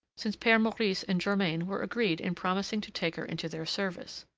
since pere maurice and germain were agreed in promising to take her into their service.